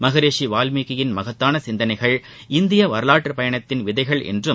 மகரிஷி வால்மீகியின் மகத்தான சிந்தனைகள் இந்திய வரவாற்றுப்பயணத்தின் விதைகள் என்றும்